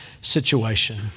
situation